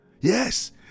Yes